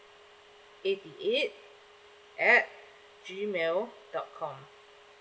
eighty eight at G mail dot com